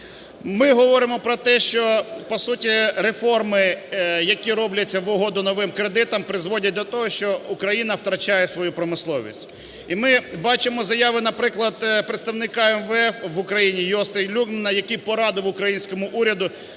Ми говоримо про те, що, по суті, реформи, які робляться в угоду новим кредитам, призводять до того, що Україна втрачає свою промисловість. І ми бачимо заяви, наприклад, представника МВФ в Україні Йости Люнгмана, який порадив українському уряду